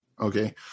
Okay